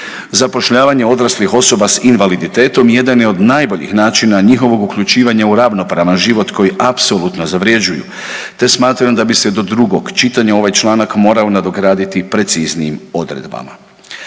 Zapošljavanje odraslih osoba s invaliditetom jedan je od najboljih načina njihovog uključivanja u ravnopravan život koji apsolutno zavrjeđuju, te smatram da bi se do drugog čitanja ovaj članak morao nadograditi preciznijim odredbama.